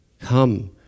come